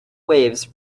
waves